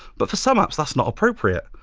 but for some apps, that's not appropriate.